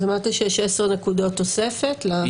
אז אמרת שיש עשר נקודות תוספת לספק המקומי.